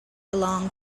belonged